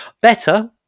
Better